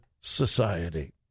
society